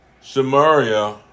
Samaria